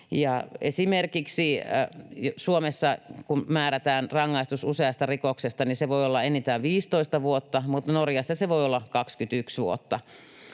Esimerkiksi Suomessa kun määrätään rangaistus useasta rikoksesta, se voi olla enintään 15 vuotta, mutta Norjassa se voi olla 21 vuotta.